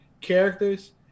characters